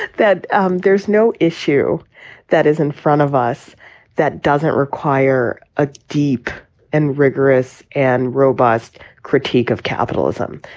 that um there's no issue that is in front of us that doesn't require a deep and rigorous and robust critique of capitalism.